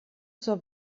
zur